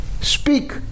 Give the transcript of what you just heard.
speak